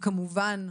וכמובן,